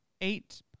eight